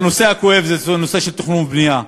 והנושא הכואב זה הנושא של תכנון ובנייה.